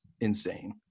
insane